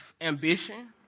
ambition